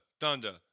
thunder